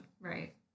Right